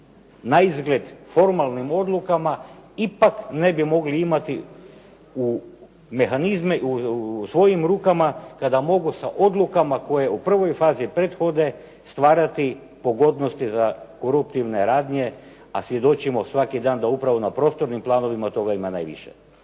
naizgled formalnim odlukama ipak ne bi mogli imati u mehanizme, u svojim rukama kada mogu sa odlukama koje u prvoj fazi prethode stvarati pogodnosti za koruptivne radnje, a svjedočimo svaki dan da upravo na prostornim planovima toga ima najviše.